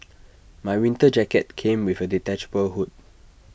my winter jacket came with A detachable hood